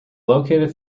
located